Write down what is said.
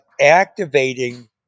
activating